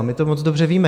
My to moc dobře víme.